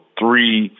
three